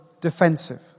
defensive